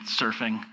surfing